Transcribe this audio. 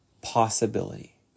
possibility